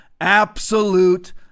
Absolute